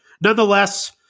nonetheless